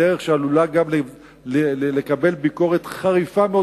בדרך שעלולה גם לקבל ביקורת חריפה מאוד,